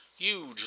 huge